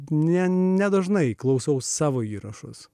nedažnai klausau savo įrašus